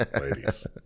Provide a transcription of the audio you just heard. ladies